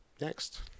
Next